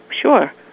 sure